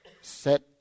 set